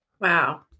Wow